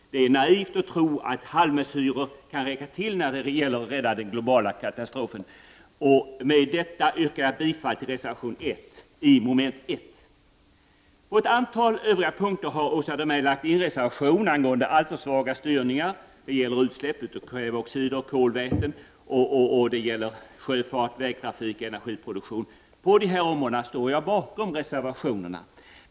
Det är naivt att tro att halvmesyrer räcker till när det gäller att rädda miljön från den globala katastrofen. Med detta yrkar jag bifall till reservation 1 till mom. 1. Åsa Domeij har reserverat sig på ett antal punkter. Det gäller alltför svag styrning, utsläpp av kväveoxider och kolväten, sjöfart, vägtrafik och energiproduktion. Jag står bakom dessa reservationer.